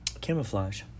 camouflage